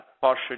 partially